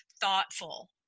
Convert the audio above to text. thoughtful